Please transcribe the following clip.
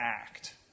act